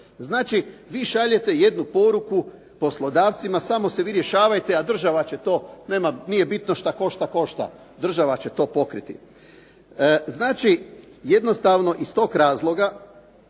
Znači vi šaljete jednu poruku poslodavcima samo si vi rješavajte, a država će to, nije bitno šta košta